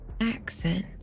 Accent